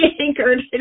anchored